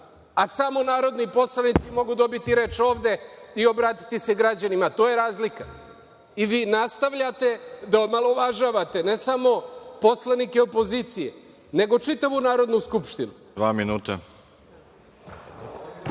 a samo narodni poslanici mogu dobiti reč ovde i obratiti se građanima. To je razlika. I vi nastavljate da omalovažavate ne samo poslanike opozicije, nego čitavu Narodnu skupštinu.